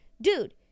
Dude